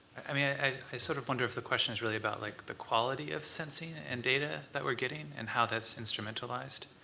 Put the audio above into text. i mean, i sort of wonder if the question is really about like the quality of sensing and data that we're getting, and how that's instrumentalized.